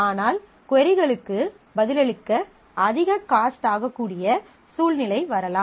ஆனால் கொரிகளுக்கு பதிலளிக்க அதிக காஸ்ட் ஆகக்கூடிய சூழ்நிலை வரலாம்